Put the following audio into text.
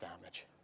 damage